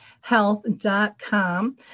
health.com